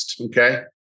okay